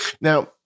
Now